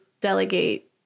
delegate